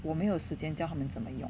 我没有时间教他们怎么用